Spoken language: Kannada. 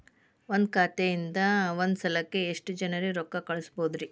ಒಂದ್ ಖಾತೆಯಿಂದ, ಒಂದ್ ಸಲಕ್ಕ ಎಷ್ಟ ಜನರಿಗೆ ರೊಕ್ಕ ಕಳಸಬಹುದ್ರಿ?